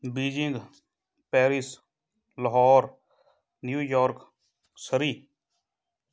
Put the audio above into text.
Beijing Paris Lahore New York Surrey